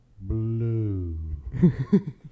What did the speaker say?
blue